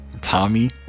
Tommy